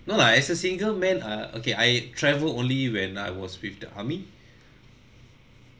no lah as a single man ah okay I travel only when I was with the army